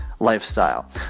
lifestyle